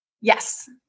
Yes